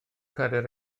cadair